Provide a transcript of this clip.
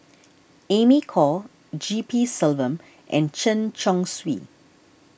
Amy Khor G P Selvam and Chen Chong Swee